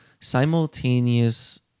simultaneous